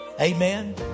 Amen